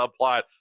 subplot